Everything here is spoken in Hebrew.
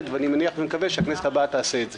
ואני מניח ומקווה שהכנסת הבאה תעשה את זה.